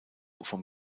vom